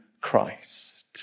Christ